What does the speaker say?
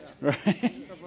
Right